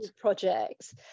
projects